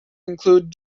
included